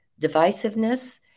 divisiveness